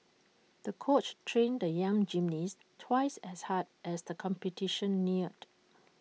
the coach trained the young gymnast twice as hard as the competition neared